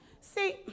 See